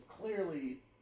clearly